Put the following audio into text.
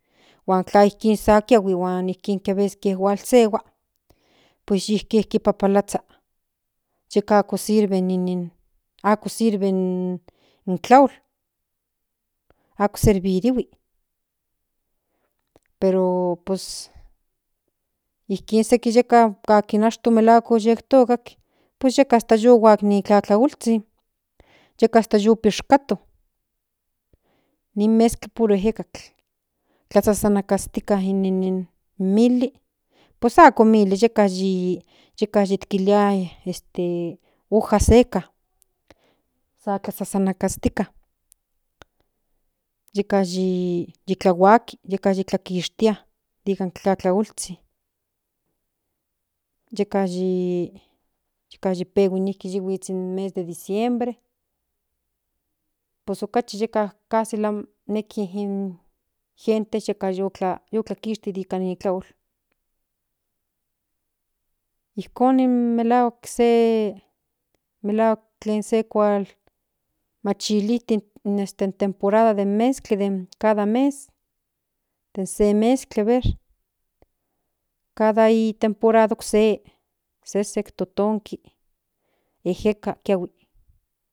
Huan tla ijkin san kiahui huan ijkin ke aveces ki hulsehua pus ijki papalazhua yeka ako sierve in nin ako sirve un tlaol ako servirihui pero pues ako ijkin seki yeka ka kin ashato melahuak kinentoka pues yeka hsta yuhuak ni tlatlaolzhin yeka hasta yu pishkato nin meskli puro ejekatl tlasasanikastika in nin mili pues ako mili yeka yitkilia este hoja seka san tlasasanikastika yeka yi tlahuaki yeka yi nikishtia nikan tlatlaolzhin yeka ti pehui nihuits in nin mes de diciembre pues okachi ka nejki in gente yeka yu tlakishti nika ni tlaol ijkon ni melahuak se melahuak tlen se kuak machiliti in este in temporada meskli cada mes de se meskli aver cada i temporada okse okse se totonki ejekatl kiahui